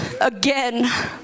again